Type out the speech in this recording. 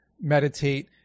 meditate